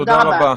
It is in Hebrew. תודה רבה.